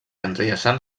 entrellaçant